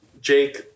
jake